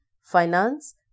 finance